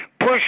Push